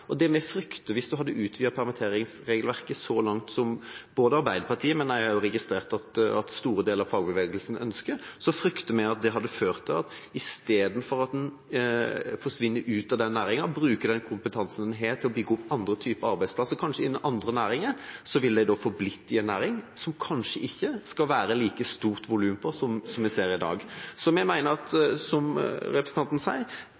næringa. Det vi frykter, hvis en hadde utvidet permitteringsregelverket så langt som jeg har registrert at både Arbeiderpartiet og store deler av fagbevegelsen ønsker, er at i stedet for å forsvinne ut av den næringa og bruke den kompetansen en har til å bygge opp andre typer arbeidsplasser, kanskje innen andre næringer, ville en forbli i en næring som det kanskje ikke skal være like stort volum på som det en ser i dag. Vi mener – som representanten sier